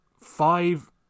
Five